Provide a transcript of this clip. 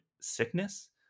sickness